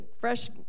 fresh